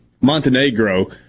Montenegro